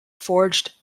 forged